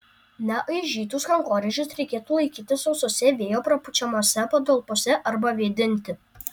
neaižytus kankorėžius reikėtų laikyti sausose vėjo prapučiamose patalpose arba vėdinti